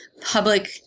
public